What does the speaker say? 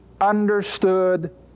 understood